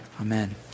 Amen